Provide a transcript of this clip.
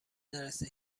نرسه